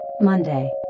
Monday